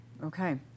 Okay